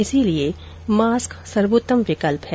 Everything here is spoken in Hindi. इसलिए मास्क ही सर्वोत्तम विकल्प है